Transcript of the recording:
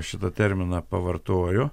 šitą terminą pavartojo